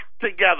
together